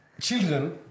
children